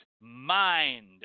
mind